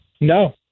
no